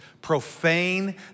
profane